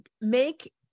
make